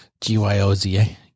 G-Y-O-Z-A